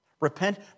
Repent